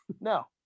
No